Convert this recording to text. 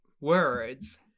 words